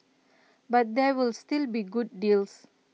but there will still be good deals